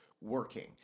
working